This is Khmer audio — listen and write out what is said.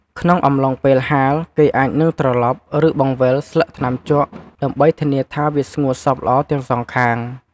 ក្នុងអំឡុងពេលហាល គេអាចនឹងត្រឡប់ ឬបង្វិលស្លឹកថ្នាំជក់ ដើម្បីធានាថាវាស្ងួតសព្វល្អទាំងសងខាង។